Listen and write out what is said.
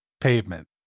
Pavement